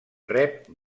rep